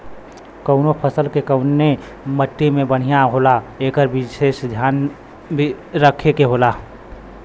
कउनो फसल के कउने मट्टी में बढ़िया होला एकर विसेस धियान रखे के होला